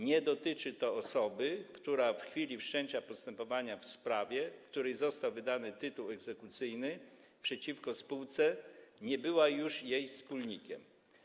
Nie dotyczy to osoby, która w chwili wszczęcia postępowania w sprawie, w której został wydany tytuł egzekucyjny przeciwko spółce, nie była już jej wspólnikiem.